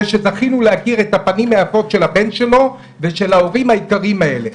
זה שזכינו להכיר את הפנים היפות של הבן שלו ושל ההורים היקרים האלה.